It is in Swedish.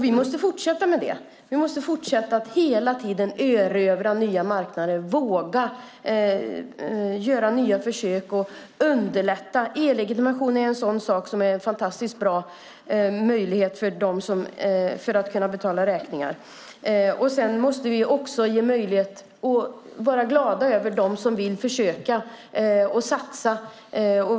Vi måste fortsätta att ligga i framkant. Vi måste fortsätta att hela tiden erövra nya marknader, våga göra nya försök och underlätta. E-legitimation är en fantastisk möjlighet för att kunna betala räkningar. Naturligtvis måste vi vara glada över dem som vill försöka satsa.